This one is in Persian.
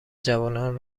جوانان